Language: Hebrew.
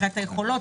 מבחינת היכולות,